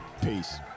peace